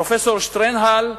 פרופסור שטרנהל,